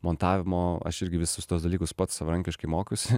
montavimo aš irgi visus tuos dalykus pats savarankiškai mokiausi